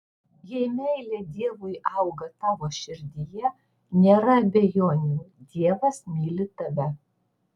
jei meilė dievui auga tavo širdyje nėra abejonių dievas myli tave